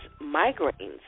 migraines